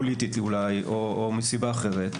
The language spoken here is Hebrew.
פוליטית אולי או מסיבה אחרת,